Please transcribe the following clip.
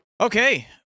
Okay